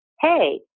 hey